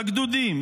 בגדודים,